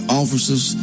officer's